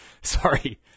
Sorry